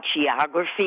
geography